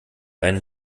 einen